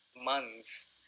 months